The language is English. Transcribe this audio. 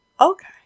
Okay